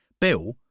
Bill